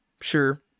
Sure